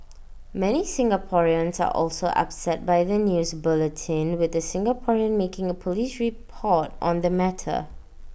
many Singaporeans are also upset by the news bulletin with the Singaporean making A Police report on the matter